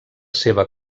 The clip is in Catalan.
seva